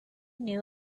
knew